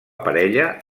parella